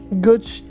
Good